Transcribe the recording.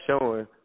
showing